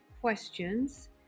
questions